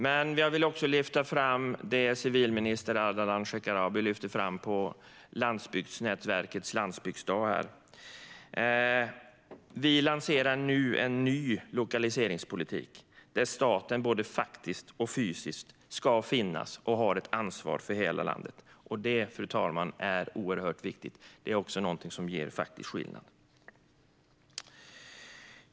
Låt mig också lyfta fram det civilminister Ardalan Shekarabi lyfte fram på Landsbygdsnätverkets landsbygdsdag. Vi lanserar en ny lokaliseringspolitik där staten både faktiskt och fysiskt ska finnas i och ha ett ansvar för hela landet. Det, fru talman, är mycket viktigt och kommer att göra skillnad.